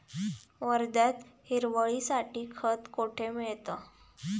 वर्ध्यात हिरवळीसाठी खत कोठे मिळतं?